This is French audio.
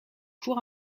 cour